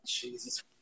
Jesus